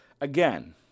Again